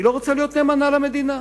היא לא רוצה להיות נאמנה למדינה.